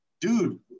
dude